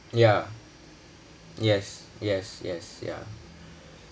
ya yes yes yes ya